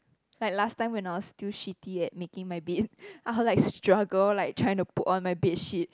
like last time when I was still shitty at making my bed I'll like struggle like trying to put on my bed sheet